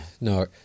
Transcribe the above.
No